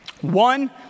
One